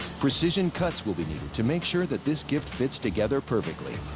precision cuts will be needed to make sure that this gift fits together perfectly.